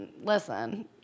Listen